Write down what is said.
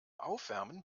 aufwärmen